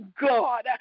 God